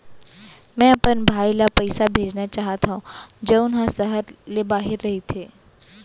मै अपन भाई ला पइसा भेजना चाहत हव जऊन हा सहर ले बाहिर रहीथे